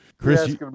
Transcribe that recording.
Chris